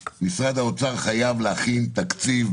אני מניח שאירוע כזה בהחלט ירגיע קצת את